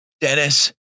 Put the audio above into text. Dennis